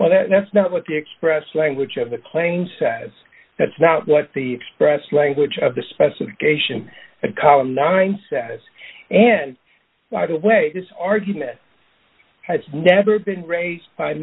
well that's not what the expressway which of the planes says that's not what the express language of the specification a column line says and by the way this argument has never been raised by